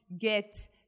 get